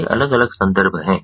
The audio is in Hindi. तो ये अलग अलग संदर्भ हैं